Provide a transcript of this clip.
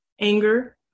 anger